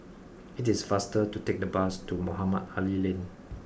it is faster to take the bus to Mohamed Ali Lane